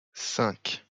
cinq